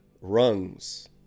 rungs